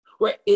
Right